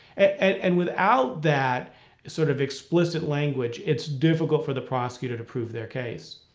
and without that sort of explicit language, it's difficult for the prosecutor to prove their case.